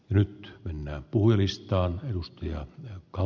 nyt mennään pui listaa edustaja joka